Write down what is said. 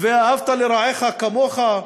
"ואהבת לרעך כמוך"